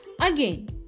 again